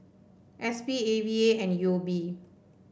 S P A V A and U O B